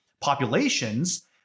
populations